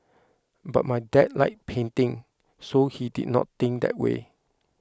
but my dad liked painting so he did not think that way